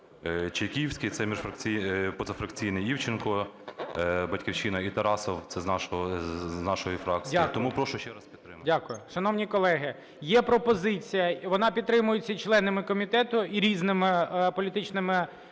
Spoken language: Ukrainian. Чайківський, це позафракційний, Івченко – "Батьківщина" і Тарасов, це з нашої фракції. Тому прощу ще раз підтримати. ГОЛОВУЮЧИЙ. Дякую. Шановні колеги, є пропозиція і вона підтримується членами комітету і різними політичними